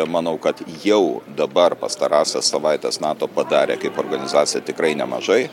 manau kad jau dabar pastarąsias savaites nato padarė kaip organizacija tikrai nemažai